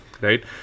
right